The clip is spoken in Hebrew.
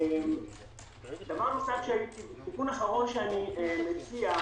תיקון אחרון שאני מציע,